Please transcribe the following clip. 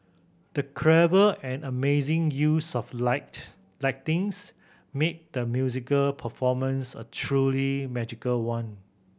the clever and amazing use of light lighting's made the musical performance a truly magical one